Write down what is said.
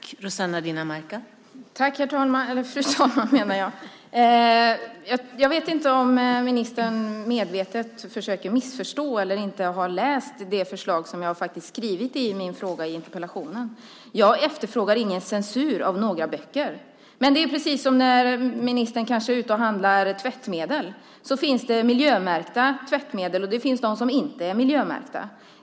Fru talman! Jag vet inte om ministern medvetet försöker missförstå eller om han inte har läst det förslag som jag har skrivit i interpellationen. Jag efterfrågar ingen censur av några böcker. När ministern är ute och köper tvättmedel finns det miljömärkta tvättmedel och det finns de som inte är miljömärkta.